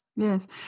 Yes